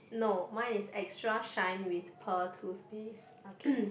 no mine is extra shine with pearl toothpaste mm